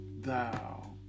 thou